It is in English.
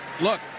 look